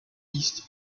east